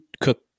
cook